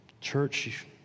Church